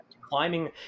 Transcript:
climbing